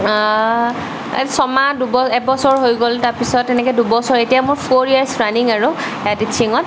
ছমাহ দু এবছৰ হৈ গ'ল তাৰ পিছত তেনেকে দুবছৰ এতিয়া মোৰ ফ'ৰ ইয়েৰ্ছ ৰাণিং আৰু টীছিঙত